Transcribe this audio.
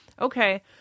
okay